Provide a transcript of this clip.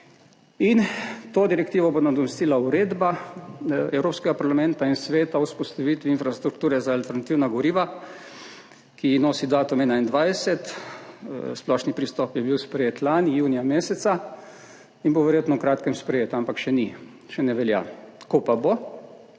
in to direktivo bo nadomestila Uredba Evropskega parlamenta in Sveta o vzpostavitvi infrastrukture za alternativna goriva, ki nosi datum 21., splošni pristop je bil sprejet lani junija meseca, in bo verjetno v kratkem sprejet, ampak še ni, še ne velja. Ko pa bo,